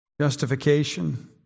justification